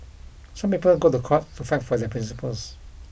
some people go to court to fight for their principles